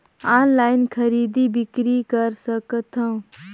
Online खरीदी बिक्री कर सकथव?